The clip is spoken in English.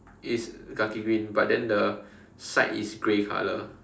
it's Khaki green but then the side is grey color